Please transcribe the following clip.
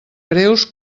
greus